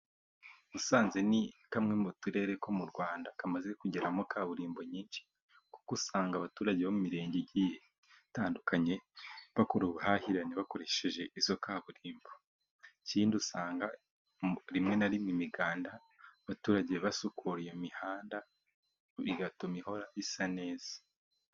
Musanze ni kamwe mu turere two mu Rwanda kamaze kugeramo kaburimbo nyinshi, kuko usanga abaturage bo mu mirenge igiye itandukanye bakora ubuhahirane bakoresheje izo kaburimbo. Ikindi usanga rimwe na rimwe imiganda abaturage basukura iyo mihanda, bigatuma ihora isa neza.